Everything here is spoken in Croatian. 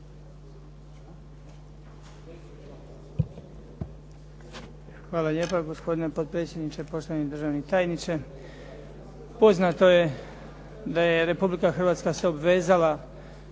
Hvala lijepa. Gospodine potpredsjedniče, poštovani državni tajniče. Poznato je da je Republika Hrvatska se obvezala